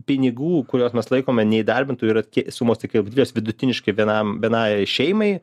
pinigų kuriuos mes laikome neįdarbintų yra sumos tikrai didelės vidutiniškai vienam vienai šeimai